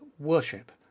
worship